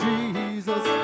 Jesus